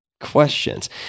questions